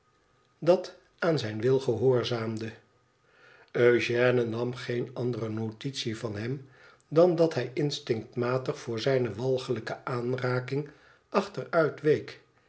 dat aan zijn wil gehoorzaamde eugène nam geene andere notitie van hem dan dat hij instinctmatig voor zijne walglijke aanraking achteruitweek